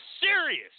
serious